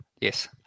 Yes